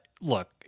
look